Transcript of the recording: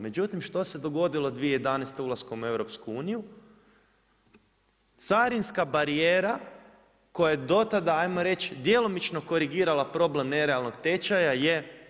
Međutim što se dogodilo 2011. ulaskom u EU, carinska barijera koja je do tada, 'ajmo reći djelomično korigirala problem nerealnog tečaja je maknuta.